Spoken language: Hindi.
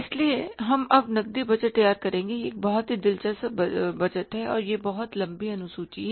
इसलिए हम अब नकदी बजट तैयार करेंगे यह एक बहुत ही दिलचस्प बजट है और यह बहुत लंबी अनुसूची है